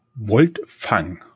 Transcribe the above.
Voltfang